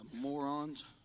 morons